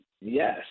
yes